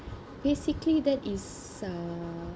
basically that is uh